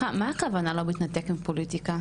סליחה, מה הכוונה 'לא מתנתק מפוליטיקה'?